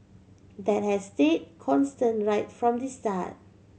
that has stayed constant right from the start